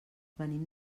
venim